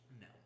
No